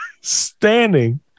standing